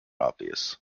obvious